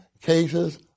cases